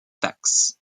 taxes